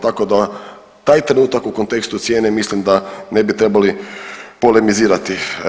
Tako da taj trenutak u kontekstu cijene mislim da ne bi trebali polemizirati.